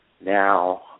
Now